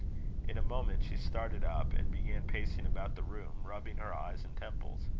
in a moment she started up, and began pacing about the room, rubbing her eyes and temples.